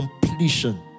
completion